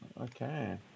Okay